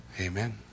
Amen